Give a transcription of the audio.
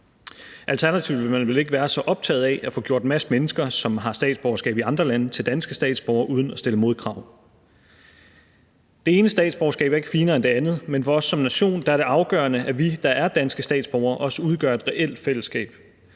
Alternativt ville man vel ikke være så optaget af at få gjort en masse mennesker, som har statsborgerskab i andre lande, til danske statsborgere uden at stille modkrav. Det ene statsborgerskab er ikke finere end det andet, men for os som nation er det afgørende, at vi, der er danske statsborgere, også udgør et reelt fællesskab;